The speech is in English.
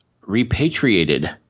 repatriated